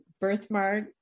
birthmark